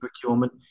procurement